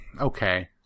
Okay